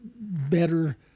better